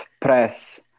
press